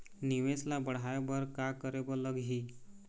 निवेश ला बढ़ाय बर का करे बर लगही?